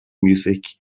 music